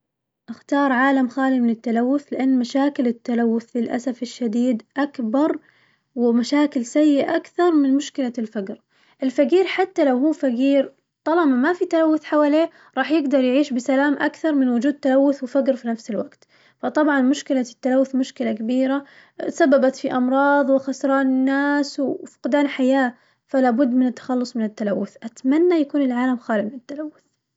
أختارعالم خالي من التلوث لأن مشاكل التلوث للأسف الشديد أكبر ومشاكل سيئة أكثر من مشكلة الفقر، الفقير حتى لو هو فقير طالما ما في تلوث حواليه راح يقدر يعيش بسلام أكثر من وجود تلوث وفقر في نفس الوقت، فطبعاً مشكلة التلوث مشكلة كبيرة تسببت في أمراظ وخسران ناس وفقدان حياة، فلابد من التخلص من التلوث، أتمنى يكون العالم خالي من التلوث.